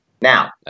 Now